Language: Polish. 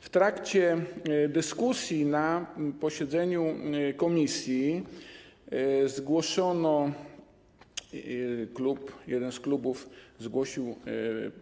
W trakcie dyskusji na posiedzeniu komisji zgłoszono, jeden z klubów zgłosił